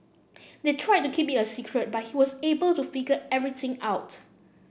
they tried to keep it a secret but he was able to figure everything out